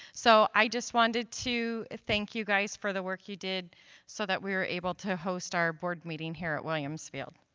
so i just wanted thank you guys for the work you did so, that we're able to host our board meeting here at williams field.